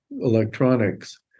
electronics